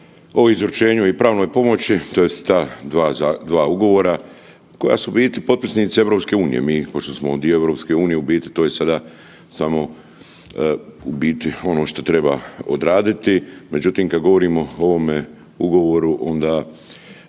o izručenju i pravnoj pomoć tj. ta dva ugovora koja su u biti potpisnici EU. Mi pošto smo dio EU to je sada samo ono što treba odraditi. Međutim kada govorimo o ovom ugovoru onda